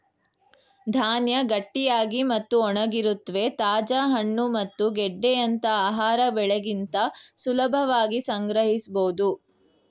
ಧಾನ್ಯ ಗಟ್ಟಿಯಾಗಿ ಮತ್ತು ಒಣಗಿರುತ್ವೆ ತಾಜಾ ಹಣ್ಣು ಮತ್ತು ಗೆಡ್ಡೆಯಂತ ಆಹಾರ ಬೆಳೆಗಿಂತ ಸುಲಭವಾಗಿ ಸಂಗ್ರಹಿಸ್ಬೋದು